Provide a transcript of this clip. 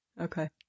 Okay